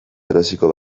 erosiko